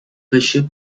bishop